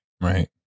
Right